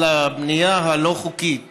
על הבנייה הלא-חוקית